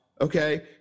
okay